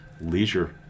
leisure